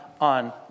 on